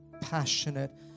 Passionate